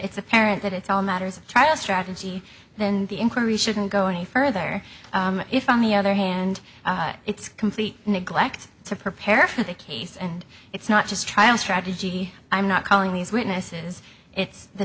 it's apparent that it's all matters trial strategy and the inquiry shouldn't go any further if on the other hand it's complete neglect to prepare for the case and it's not just trial strategy i'm not calling these witnesses it's the